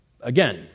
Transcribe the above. again